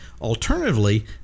Alternatively